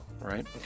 Right